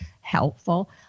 helpful